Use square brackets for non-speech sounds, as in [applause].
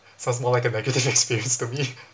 sounds more like a negative experience to me [laughs]